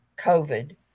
COVID